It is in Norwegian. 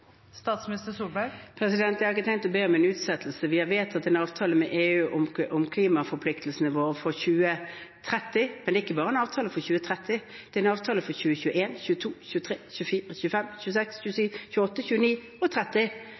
Jeg har ikke tenkt å be om en utsettelse. Vi har inngått en avtale med EU om klimaforpliktelsene våre for 2030. Det er ikke bare en avtale for 2030, men for 2021, 2022, 2023, 2024, 2025, 2026, 2027, 2028, 2029 og 2030, for